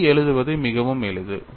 P எழுதுவது மிகவும் எளிது